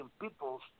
peoples